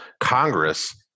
Congress